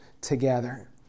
together